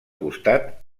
costat